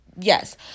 Yes